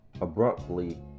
abruptly